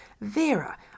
Vera